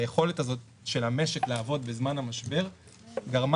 היכולת הזאת של המשק לעבוד בזמן המשבר גרמה